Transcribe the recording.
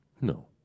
No